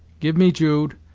give me jude,